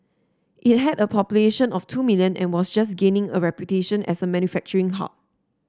it had a population of two million and was just gaining a reputation as a manufacturing hub